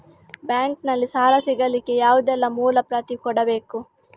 Bank ನಲ್ಲಿ ಸಾಲ ಸಿಗಲಿಕ್ಕೆ ಯಾವುದೆಲ್ಲ ಮೂಲ ಪ್ರತಿ ಕೊಡಬೇಕು?